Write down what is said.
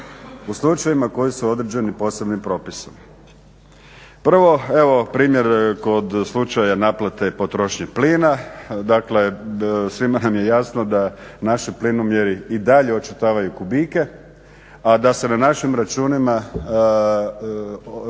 u slučajevima koji su određeni posebnim propisom. Prvo, evo primjer kod slučaja naplate potrošnje plina. Dakle, svima nam je jasno da naši plinomjeri i dalje očitavaju kubike, a da se na našim računima